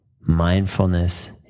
mindfulness